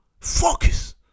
Focus